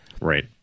right